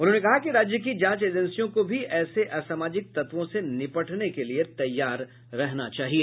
उन्होंने कहा कि राज्य की जांच एजेंसियों को भी ऐसे असमाजिक तत्वों से निपटने के लिए तैयार रहना चाहिए